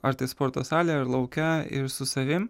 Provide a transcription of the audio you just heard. ar tai sporto salėj ar lauke ir su savim